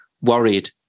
worried